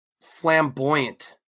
flamboyant